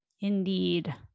Indeed